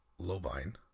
Lovine